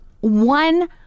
one